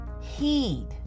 heed